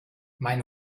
mein